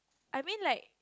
I mean like